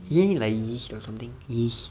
isn't it like yeast or something yeast